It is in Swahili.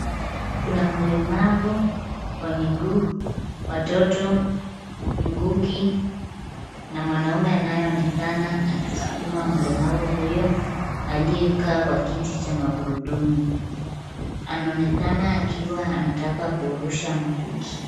Kuna mlemavu wa miguu, watoto, mkuki na mwanaume anayeonekana akisukuma mlemavu huyo aliyekaa kwa kiti cha magurudumu. Anaonekana akiwa anataka kurusha mkuki.